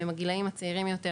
שהם הגילאים הצעירים יותר,